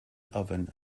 oven